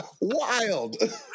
wild